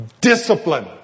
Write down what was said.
discipline